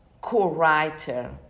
co-writer